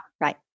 Right